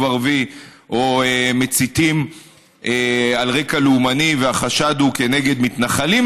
ערבי או מציתים על רקע לאומני והחשד הוא נגד מתנחלים,